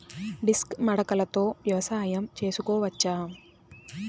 Disc మడకలతో వ్యవసాయం చేసుకోవచ్చా??